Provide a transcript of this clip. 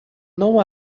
não